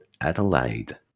Adelaide